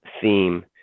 theme